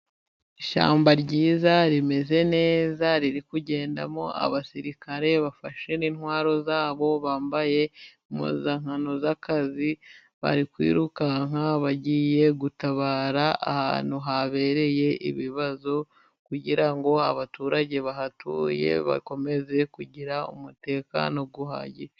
Ishyamba ryiza rimeze neza, riri kugendamo abasirikare bafashe n'intwaro zabo, bambaye impuzankano z'akazi. Bari kwirukanka bagiye gutabara ahantu habereye ibibazo, kugira ngo abaturage bahatuye bakomeze kugira umutekano uhagije.